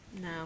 no